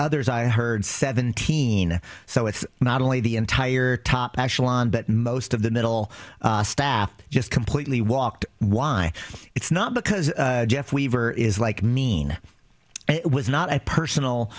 others i heard seventeen so it's not only the entire top echelon but most of the middle staff just completely walked why it's not because jeff weaver is like mean it was not a personal